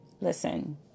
Listen